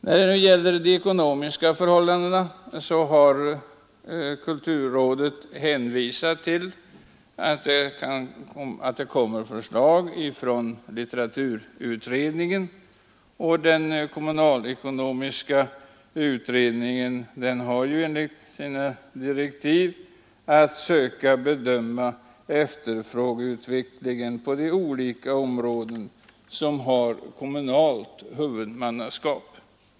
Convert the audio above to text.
När det gäller de ekonomiska förhållandena har kulturrådet hänvisat till att det kommer förslag från litteraturutredningen, och den kommunalekonomiska utredningen har enligt sina direktiv att söka bedöma efterfrågeutvecklingen på de olika områden som har kommunalt huvud mannaskap.